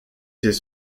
ses